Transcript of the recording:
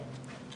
כן.